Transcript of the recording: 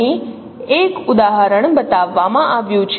અહીં એક ઉદાહરણ બતાવવામાં આવ્યું છે